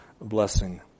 blessing